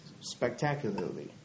spectacularly